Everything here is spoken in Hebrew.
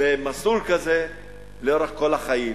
במסלול כזה לאורך כל החיים.